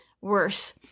worse